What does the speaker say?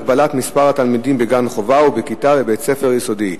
הגבלת מספר תלמידים בגן-חובה ובכיתה בבית-ספר יסודי),